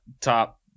top